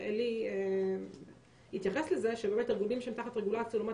ועלי התייחס לזה שארגונים שהם תחת רגולציה לעומת